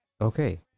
Okay